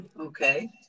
Okay